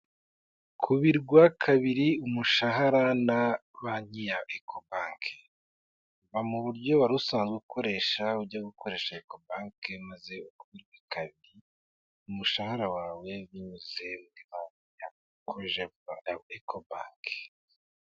Kubirwa kabiri umushahara na banki ya Ekobanki, va mu buryo wari usanzwe ukoresha ujye gukoresha Ecobank maze ukubikrwe kabiri, umushahara wawe binyuze ya banki ya Ekobanki.